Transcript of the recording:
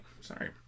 Sorry